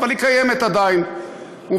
אבל היא עדיין קיימת,